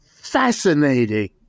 fascinating